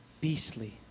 beastly